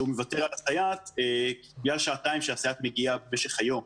מוותר על הסייעת בגלל שעתיים שהסייעת תגיע במשך היום.